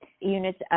units